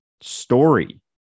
story